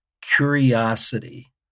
curiosity